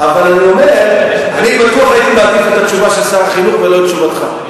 אני בטוח הייתי מעדיף תשובה של שר החינוך ולא את תשובתך,